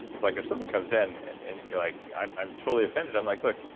it's like if someone comes in and you're like, i'm i'm totally offended. i'm like, look,